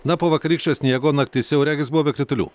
na po vakarykščio sniego naktis jau regis buvo be kritulių